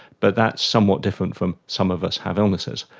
but that's somewhat different from some of us have illnesses.